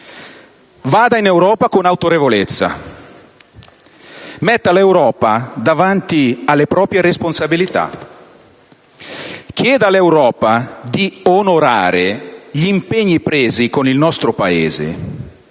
vada in Europa con autorevolezza, metta l'Europa davanti alle proprie responsabilità, chieda all'Europa di onorare gli impegni presi con il nostro Paese,